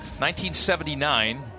1979